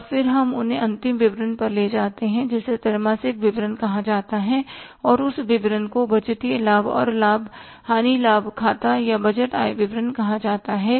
और फिर हम उन्हें अंतिम विवरण पर ले जाते हैं जिसे त्रैमासिक विवरण कहा जाता है और उस विवरण को बजटीय लाभ और हानि खाता या बजट आय विवरण कहा जाता है